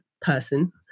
person